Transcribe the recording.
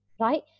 right